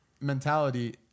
mentality